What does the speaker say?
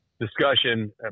discussion